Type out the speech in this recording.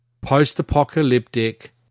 post-apocalyptic